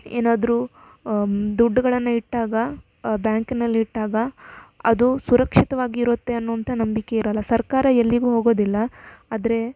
ಏನಾದರೂ ದುಡ್ಡುಗಳನ್ನು ಇಟ್ಟಾಗ ಬ್ಯಾಂಕ್ನಲ್ಲಿ ಇಟ್ಟಾಗ ಅದು ಸುರಕ್ಷಿತವಾಗಿ ಇರುತ್ತೆ ಅನ್ನುವಂಥ ನಂಬಿಕೆ ಇರೋಲ್ಲ ಸರ್ಕಾರ ಎಲ್ಲಿಗೂ ಹೋಗೋದಿಲ್ಲ ಆದರೆ